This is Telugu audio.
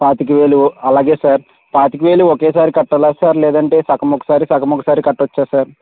పాతికవేలు అలాగే సార్ పాతికవేలు ఒకేసారి కట్టాల సార్ లేదంటే సగం ఒకసారి సగం ఒకసారి కట్టవచ్చా సార్